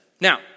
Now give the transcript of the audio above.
Now